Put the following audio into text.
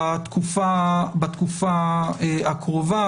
בתקופה הקרובה.